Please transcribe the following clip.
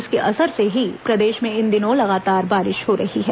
इसके असर से ही प्रदेश में इन दिनों लगातार बारिश हो रही है